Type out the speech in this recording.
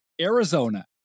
Arizona